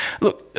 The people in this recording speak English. Look